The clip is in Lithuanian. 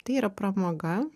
tai yra pramoga